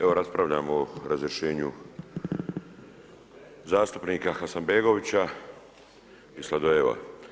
Evo raspravljamo o razrješenju zastupnika Hasanbegovića i Sladoljeva.